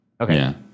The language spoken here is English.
Okay